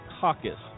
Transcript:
Caucus